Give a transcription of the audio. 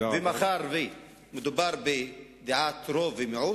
ומאחר שמדובר בדעת רוב ומיעוט,